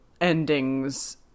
endings